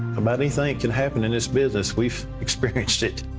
many things can happen in this business we've experienced it.